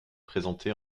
présentée